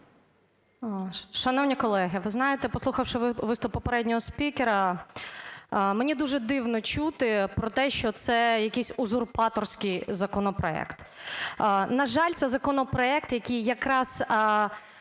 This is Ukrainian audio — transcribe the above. Шановні колеги! Ви знаєте, послухавши виступ попереднього спікера, мені дуже дивно чути про те, що це якийсь узурпаторський законопроект. На жаль, це законопроект, який якраз